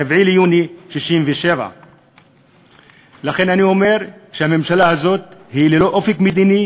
ביוני 67'. לכן אני אומר שהממשלה הזאת היא ללא אופק מדיני,